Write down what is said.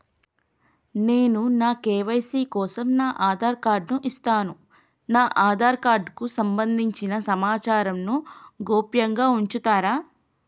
నేను నా కే.వై.సీ కోసం నా ఆధార్ కార్డు ను ఇస్తున్నా నా ఆధార్ కార్డుకు సంబంధించిన సమాచారంను గోప్యంగా ఉంచుతరా?